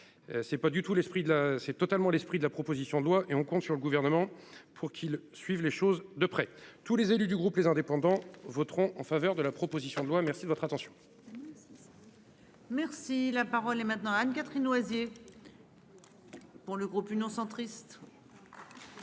C'est totalement l'esprit de la proposition de loi et on compte sur le gouvernement pour qu'il suive les choses de près, tous les élus du groupe les indépendants voteront en faveur de la proposition de loi. Merci de votre attention. Nous aussi. Merci la parole est maintenant Anne-Catherine Loisier. Pour le groupe Union centriste. Madame